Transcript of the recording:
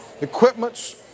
equipments